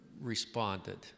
responded